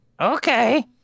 Okay